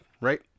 right